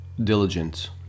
Diligent